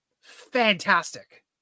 fantastic